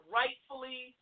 rightfully